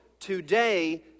Today